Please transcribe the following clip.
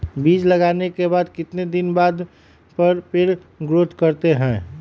बीज लगाने के बाद कितने दिन बाद पर पेड़ ग्रोथ करते हैं?